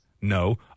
No